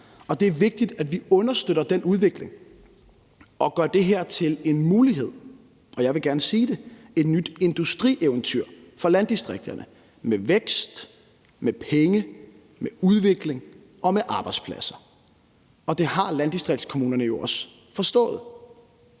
Det er vigtigt, at vi understøtter den udvikling og gør det her til en mulighed og, vil jeg gerne sige, et nyt industrieventyr for landdistrikterne med vækst, penge, udvikling og arbejdspladser. Det har landdistriktskommunerne jo også forstået.